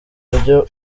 iburyo